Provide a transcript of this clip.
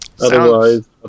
Otherwise